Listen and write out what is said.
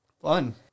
Fun